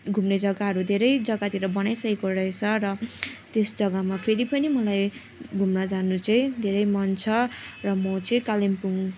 घुम्ने जग्गाहरू धेरै जग्गातिर बनाइसकेको रहेछ र त्यस जग्गामा फेरि पनि मलाई घुम्न जानु चाहिँ धेरै मन छ र म चाहिँ कालिम्पोङ